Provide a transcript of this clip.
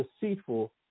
deceitful